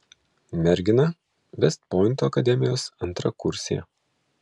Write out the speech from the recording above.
mergina vest pointo akademijos antrakursė